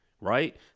right